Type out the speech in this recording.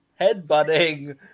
headbutting